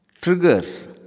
Triggers